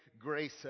Grace